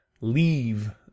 leave